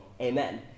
Amen